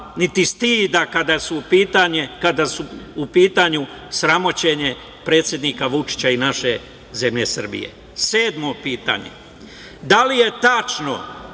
niti stida kada su u pitanju sramoćenje predsednika Vučića i naše zemlje Srbije? Sedmo pitanje – da li je tačno,